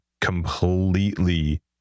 completely